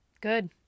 Good